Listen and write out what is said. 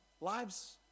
lives